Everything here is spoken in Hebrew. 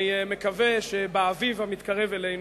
אני מקווה שבאביב המתקרב אלינו,